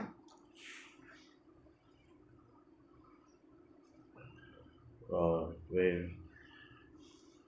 oh where